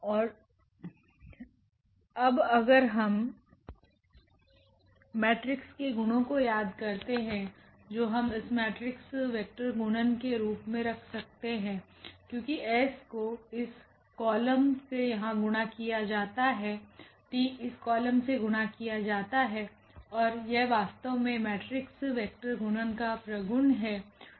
और अब अगर हम मेट्रिक्स के गुणों को याद करते हैं जो हम इस मेट्रिक्स वेक्टर गुणन के रूप में रख सकते हैं क्योंकिsको इस कॉलम से यहांगुणा किया जाता हैtइस कॉलम से गुणा किया जाता है और यह वास्तव में मेट्रिक्स वेक्टर गुणन का प्रगुण है